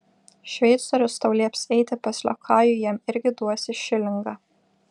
šveicorius tau lieps eiti pas liokajų jam irgi duosi šilingą